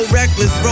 reckless